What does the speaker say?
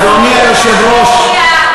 אדוני היושב-ראש,